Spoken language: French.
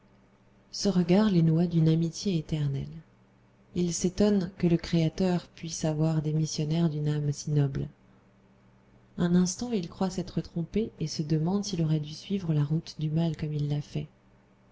ce regard les noua d'une amitié éternelle il s'étonne que le créateur puisse avoir des missionnaires d'une âme si noble un instant il croit s'être trompé et se demande s'il aurait dû suivre la route du mal comme il l'a fait